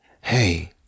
hey